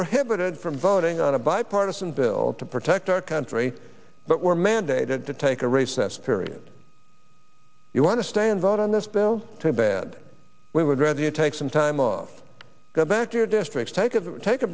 prohibited from voting on a bipartisan bill to protect our country but were mandated to take a recess period you want to stay and vote on this bill too bad we would rather you take some time off go back to your districts take it take a